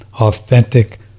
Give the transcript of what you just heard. authentic